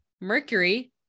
Mercury